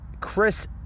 Chris